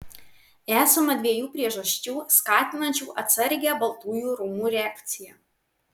esama dviejų priežasčių skatinančių atsargią baltųjų rūmų reakciją